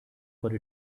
for